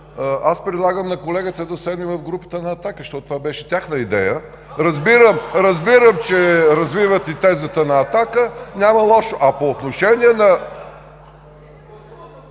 Аз предлагам на колегата да седне в групата на „Атака“, защото това беше тяхна идея. Разбирам, че развивате тезата на „Атака“. Няма лошо. АЛЕКСАНДЪР